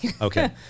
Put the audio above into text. Okay